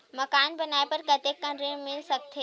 मकान बनाये बर कतेकन ऋण मिल सकथे?